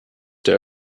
der